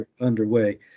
underway